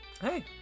Hey